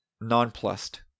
nonplussed